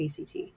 ACT